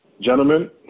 Gentlemen